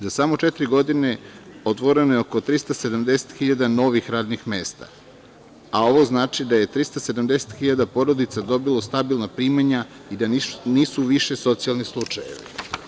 Za samo četiri godine otvoreno je oko 370.000 novih radnih mesta, a ovo znači da je 370.000 porodica dobilo stabilna primanja i da nisu više socijalni slučajevi.